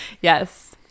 yes